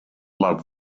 loved